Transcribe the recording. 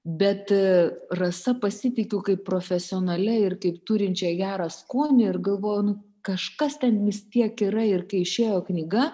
bet rasa pasitikiu kaip profesionalia ir kaip turinčia gerą skonį ir galvoju nu kažkas ten vis tiek yra ir kai išėjo knyga